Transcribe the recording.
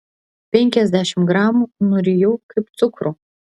penkiasdešimt gramų nurijau kaip cukrų